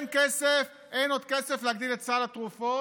שנה זו,